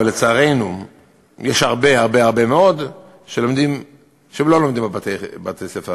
אבל לצערנו יש הרבה מאוד שלא לומדים בבתי-הספר הרשמיים.